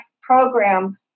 program